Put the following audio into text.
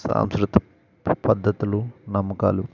సంస్కృతం పద్ధతులు నమ్మకాలు